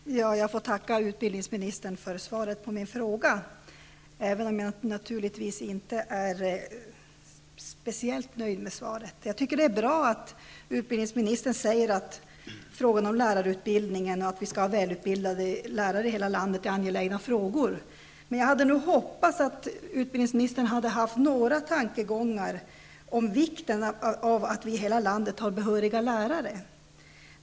Fru talman! Jag får tacka utbildningsministern för svaret på min fråga, även om jag naturligtvis inte är speciellt nöjd med svaret. Jag tycker att det är bra att utbildningsministern säger att frågorna om lärarutbildningen och om att vi skall ha välutbildade lärare i hela landet är angelägna. Men jag hade hoppats att utbildningsministern hade haft några tankegångar om vikten av att vi i hela landet har behöriga lärare.